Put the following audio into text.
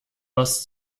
was